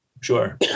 sure